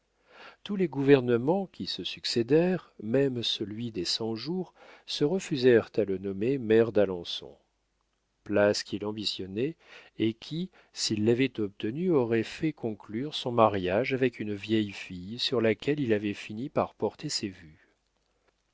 tous les gouvernements qui se succédèrent même celui des cent-jours se refusèrent à le nommer maire d'alençon place qu'il ambitionnait et qui s'il l'avait obtenue aurait fait conclure son mariage avec une vieille fille sur laquelle il avait fini par porter ses vues